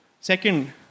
Second